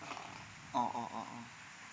oh oh oh oh